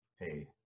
hey